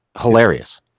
hilarious